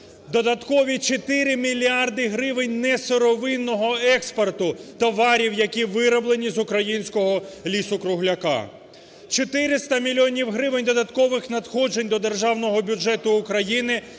Додаткові 4 мільярди гривень несировинного експорту товарів, які вироблені з українського лісу-кругляка. 400 мільйонів гривень додаткових надходжень до державного бюджету України